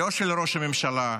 לא של ראש הממשלה,